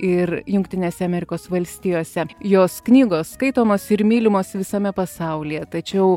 ir jungtinėse amerikos valstijose jos knygos skaitomos ir mylimos visame pasaulyje tačiau